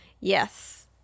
Yes